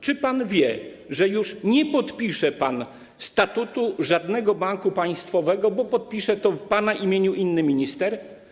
Czy pan wie, że już nie podpisze pan statutu żadnego banku państwowego, bo podpisze to w pana imieniu inny minister?